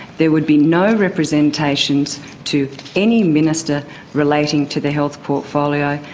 there would be no representations to any minister relating to the health portfolio,